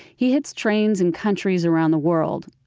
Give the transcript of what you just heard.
he hits trains in countries around the world.